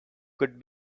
could